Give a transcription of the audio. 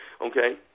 okay